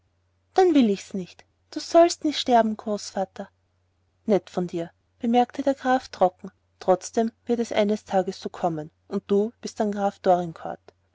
dann will ich's nicht du sollst nie sterben großvater nett von dir bemerkte der graf trocken trotzdem wird es eines tages so kommen und du bist dann graf